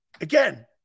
again